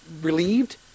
relieved